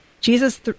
Jesus